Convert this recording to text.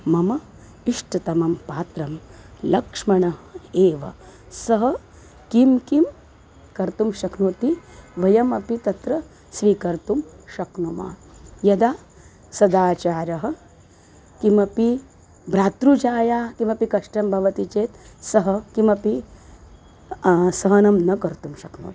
मम इष्टतमं पात्रं लक्ष्मणः एव सः किं किं कर्तुं शक्नोति वयमपि तत्र स्वीकर्तुं शक्नुमः यदा सदाचारः किमपि भ्रातृजाया किमपि कष्टं भवति चेत् सः किमपि सहनं न कर्तुं शक्नोति